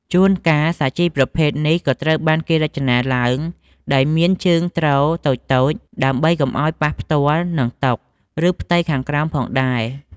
ជួនកាល សាជីប្រភេទនេះក៏ត្រូវបានគេរចនាឡើងដោយមានជើងទ្រតូចៗ ដើម្បីកុំឱ្យប៉ះផ្ទាល់នឹងតុ ឬផ្ទៃខាងក្រោមផងដែរ។